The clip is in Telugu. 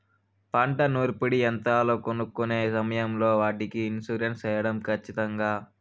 పంట నూర్పిడి యంత్రాలు కొనుక్కొనే సమయం లో వాటికి ఇన్సూరెన్సు సేయడం ఖచ్చితంగా?